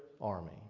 Army